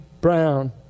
Brown